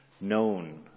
known